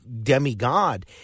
demigod